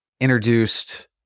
introduced